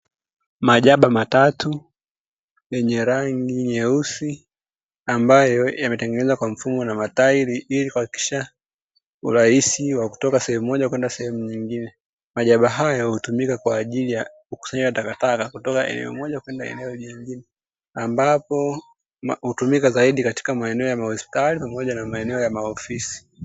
Majaba matatu yenye rangi nyeusi, ambayo yametengenezwa kwa mfumo wa matairi ili kuhakikisha uraisi wa kutoka sehemu moja kwenda sehemu nyingine. Majaba hayo hutumika kwa ajili ya kukusanya takataka kutoka eneo hili, ambapo hutumika zaidi katika maeneo ya mahospitali pamoja na maeneo ya maofisi.